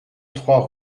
trois